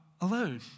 alone